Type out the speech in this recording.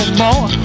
more